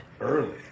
early